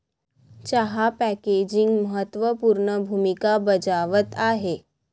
चहा पॅकेजिंग महत्त्व पूर्ण भूमिका बजावत आहे